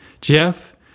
Jeff